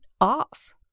off